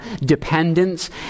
dependence